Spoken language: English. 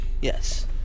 Yes